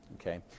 okay